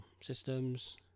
systems